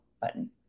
button